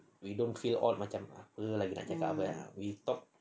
we don't clear all macam apa nak cakap apa we talk